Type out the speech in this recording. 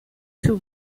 two